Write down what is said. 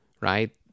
right